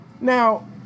Now